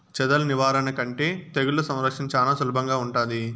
చెదల నివారణ కంటే తెగుళ్ల సంరక్షణ చానా సులభంగా ఉంటాది